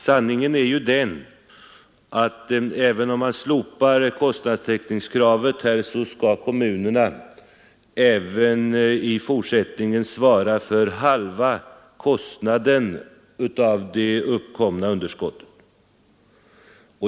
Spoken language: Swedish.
Sanningen är att kommunerna — även om man slopar kostnadstäckningskravet — även i fortsättningen skall svara för hälften av uppkomna underskott.